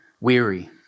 weary